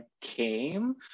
came